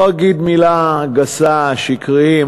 לא אגיד מילה גסה "שקריים",